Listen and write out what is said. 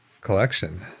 collection